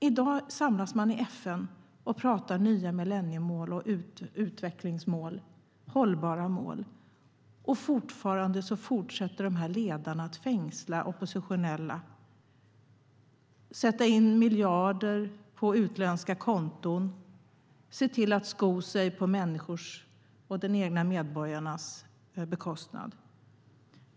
I dag samlas man i FN och pratar om nya millenniemål, utvecklingsmål och hållbara mål, och fortfarande fortsätter de här ledarna att fängsla oppositionella, sätta in miljarder på utländska konton och sko sig på människors och de egna medborgarnas bekostnad.